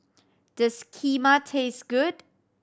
does Kheema taste good